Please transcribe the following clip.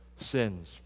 sins